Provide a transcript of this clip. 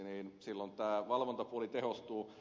silloin tämä valvontapuoli tehostuu